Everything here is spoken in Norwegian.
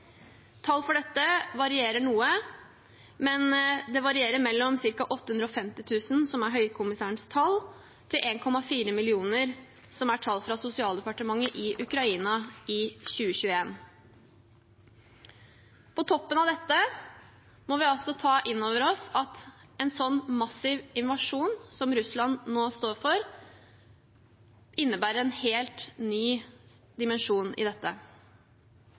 Tall for dette varierer noe, mellom ca. 850 000, som er Høykommissærens tall, og 1,4 millioner, som er tall fra sosialdepartementet i Ukraina i 2021. På toppen av dette må vi ta inn over oss at en slik massiv invasjon som Russland nå står for, innebærer en helt ny dimensjon i dette.